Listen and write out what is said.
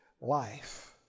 life